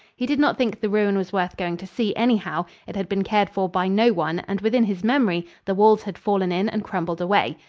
he did not think the ruin was worth going to see, anyhow it had been cared for by no one and within his memory the walls had fallen in and crumbled away.